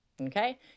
Okay